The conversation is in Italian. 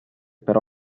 però